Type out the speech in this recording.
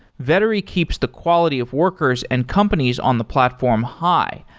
vettery keeps the quality of workers and companies on the platform high,